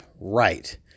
right